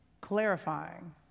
clarifying